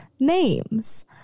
names